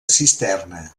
cisterna